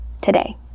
today